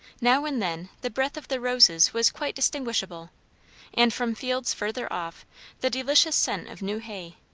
now and then the breath of the roses was quite distinguishable and from fields further off the delicious scent of new hay.